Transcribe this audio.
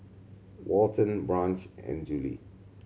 Walton Branch and Juli